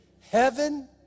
heaven